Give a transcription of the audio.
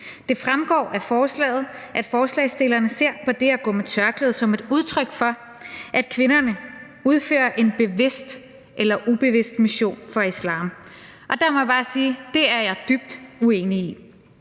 Det fremgår af forslaget, at forslagsstillerne ser på det at gå med tørklæde som et udtryk for, at kvinderne udfører en bevidst eller ubevidst mission for islam. Der må jeg bare sige, at det er jeg dybt uenig i.